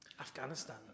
Afghanistan